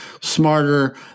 smarter